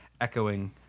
echoing